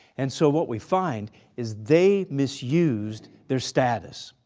and so what we find is they misused their status,